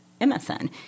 MSN